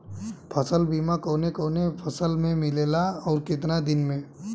फ़सल बीमा कवने कवने फसल में मिलेला अउर कितना दिन में?